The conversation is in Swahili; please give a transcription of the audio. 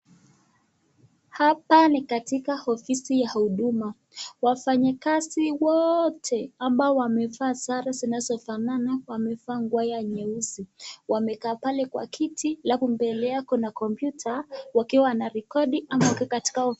Hapa ni katika ofisi ya huduma. Wafanyikazi wote ambao wamevaa sare zinazofanana wamevaa nguo ya nyeusi wamekaa pale kwa kiti. Alafu mbele yao kuna kompyuta wakiwa wanarekodi ama wako katika....